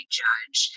judge